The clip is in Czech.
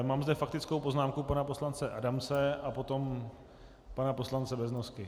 Mám zde faktickou poznámku pana poslance Adamce a potom pana poslance Beznosky.